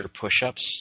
push-ups